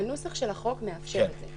הנוסח של החוק מאפשר את זה.